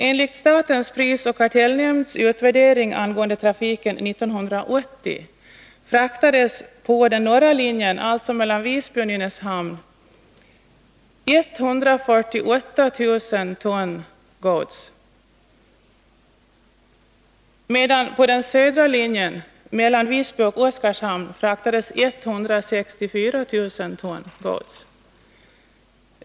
Enligt statens prisoch kartellnämnds utvärdering angående trafiken 1980 fraktades på den norra linjen — alltså mellan Visby och Nynäshamn — 148 000 ton gods, medan på den södra linjen — mellan Visby och Oskarshamn — fraktades 164 000 ton gods.